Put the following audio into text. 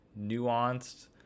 nuanced